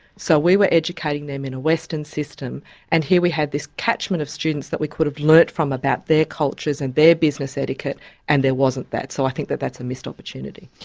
so we were educating them in a western system and here we had this catchment of students that we could have learnt from about their cultures and their business etiquette and there wasn't that. so i think that that's a missed opportunity.